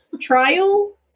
trial